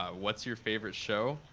ah what's your favorite show?